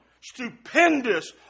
stupendous